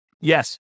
yes